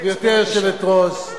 גברתי היושבת-ראש,